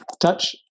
Touch